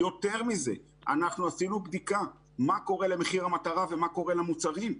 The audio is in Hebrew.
יותר מזה אנחנו עשינו בדיקה מה קורה למחיר המטרה ומה קורה למוצרים,